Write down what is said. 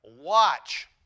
watch